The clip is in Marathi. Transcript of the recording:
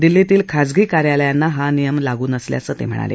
दिल्लीतील खाजगी कार्यालयाना हा नियम लागू नसल्याचं ते म्हणाले